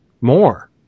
More